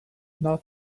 not